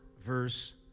verse